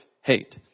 hate